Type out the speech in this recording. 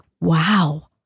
wow